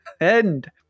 End